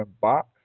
box